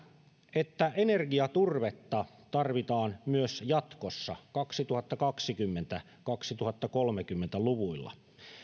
että energiaturvetta tarvitaan myös jatkossa kaksituhattakaksikymmentä viiva kaksituhattakolmekymmentä luvuilla